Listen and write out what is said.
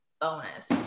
Bonus